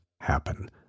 happen